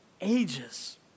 ages